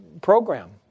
program